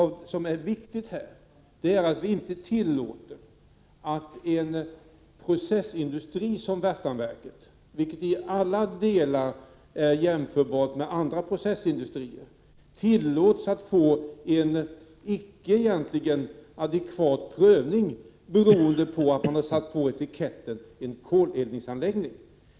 Det viktiga är att en processindustri som Värtanverket — vilket i alla delar är jämförbart med andra processindustrier — inte tillåts få en adekvat prövning, beroende på att man har satt på etiketten Koleldningsanläggning.